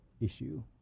issue